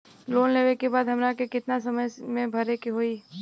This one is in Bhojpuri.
लोन लेवे के बाद हमरा के कितना समय मे भरे के होई?